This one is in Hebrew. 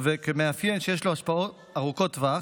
וכמאפיין שיש לו השפעות ארוכות טווח,